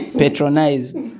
patronized